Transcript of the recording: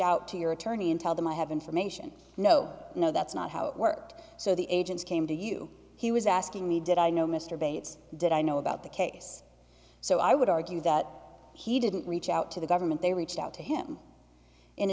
out to your attorney and tell them i have information no no that's not how it worked so the agents came to you he was asking me did i know mr bates did i know about the case so i would argue that he didn't reach out to the government they reached out to him in